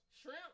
Shrimp